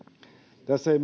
tässä ei